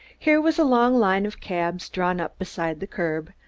here was a long line of cabs drawn up beside the curb,